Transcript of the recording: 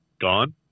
gone